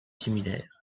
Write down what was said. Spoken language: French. similaires